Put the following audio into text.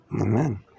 amen